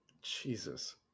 Jesus